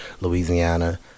Louisiana